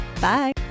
Bye